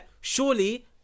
surely